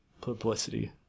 publicity